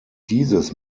dieses